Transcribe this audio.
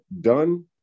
done